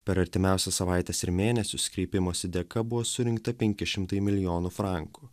per artimiausias savaites ir mėnesius kreipimosi dėka buvo surinkta penki šimtai milijonų frankų